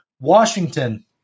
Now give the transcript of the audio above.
Washington